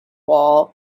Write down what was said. wall